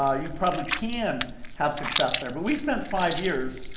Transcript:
um you probably can have success there, but we spent five years,